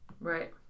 Right